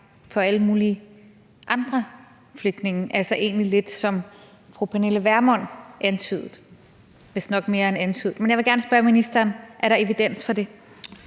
for alle mulige andre flygtninge, altså lidt det, som fru Pernille Vermund antydede eller vist nok mere end antydede. Men jeg vil gerne spørge ministeren: Er der evidens for det?